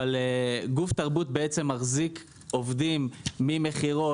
אבל גוף תרבות בעצם מחזיק עובדים ממכירות,